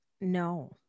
No